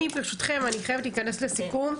ברשותכם, אני חייבת להכנס לסיכום.